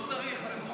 לא צריך.